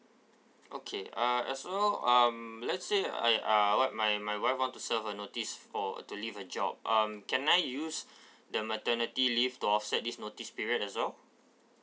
okay uh also um let's say I uh what my my wife want to serve a notice for uh to leave a job um can I use the maternity leave to offset this notice period as well